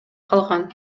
калган